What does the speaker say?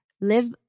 live